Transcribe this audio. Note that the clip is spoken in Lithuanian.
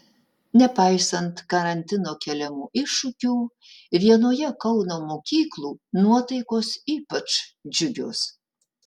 nepaisant karantino keliamų iššūkių vienoje kauno mokyklų nuotaikos ypač džiugios